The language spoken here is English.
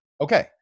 Okay